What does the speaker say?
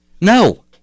No